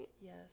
Yes